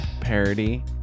parody